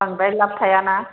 बांद्राय लाभ थाया ना